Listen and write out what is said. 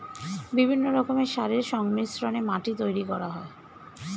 বিভিন্ন রকমের সারের সংমিশ্রণে মাটি তৈরি করা হয়